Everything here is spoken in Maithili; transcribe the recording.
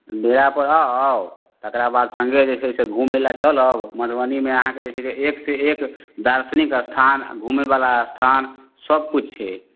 डेरा पर आउ तकरा बाद सङ्गे जे छै से घुमै लऽ चलब मधुबनीमे अहाँके जे छै से एक से एक दार्शनिक स्थान घुमै बला स्थान सबकिछु छै